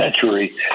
century